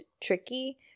tricky